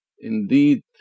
Indeed